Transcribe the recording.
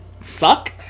suck